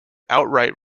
outright